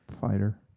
Fighter